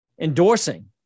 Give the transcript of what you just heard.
endorsing